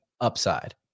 Upside